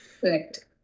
Correct